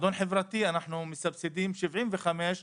מועדון חברתי אנחנו מסבסדים 75%